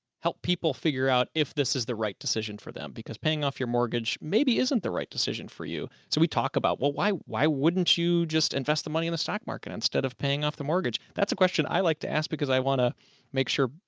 help people figure out if this is the right decision for them. because paying off your mortgage maybe isn't the right decision for you. so we talk about, well, why, why wouldn't you just invest the money in the stock market instead of paying off the mortgage? that's a question i like to ask because i want to make sure.